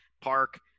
park